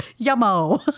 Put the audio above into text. Yummo